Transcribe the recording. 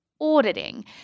auditing